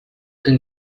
can